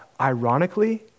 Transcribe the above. Ironically